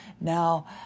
Now